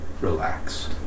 relax